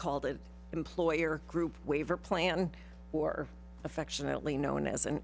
called an employer group waiver plan or affectionately known as an